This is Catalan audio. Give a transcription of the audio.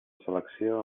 selecció